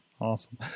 awesome